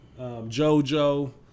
JoJo